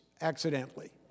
accidentally